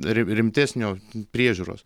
ri rimtesnio priežiūros